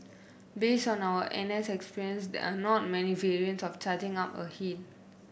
based on our N S experience there are not many variants of charging up a hill